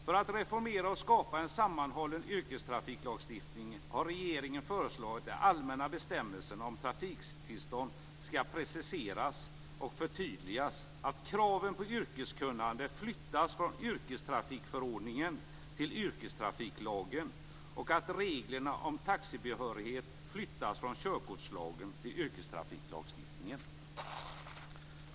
För att reformera och skapa en sammanhållen yrkestrafiklagstiftning har regeringen föreslagit att de allmänna bestämmelserna om trafiktillstånd skall preciseras och förtydligas, att kravet på yrkeskunnande flyttas från yrkestrafikförordningen till yrkestrafiklagen och att reglerna om taxibehörighet flyttas från körkortslagen till yrkestrafiklagstiftningen.